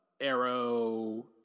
Arrow